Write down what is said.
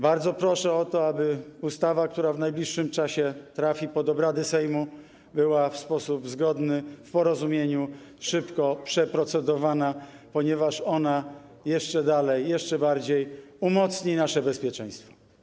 Bardzo proszę o to, aby ustawa, która w najbliższym czasie trafi pod obrady Sejmu, była w sposób zgodny w porozumieniu szybko przeprocedowana, ponieważ ona jeszcze bardziej umocni nasze bezpieczeństwo.